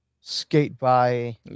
skate-by